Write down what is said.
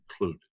included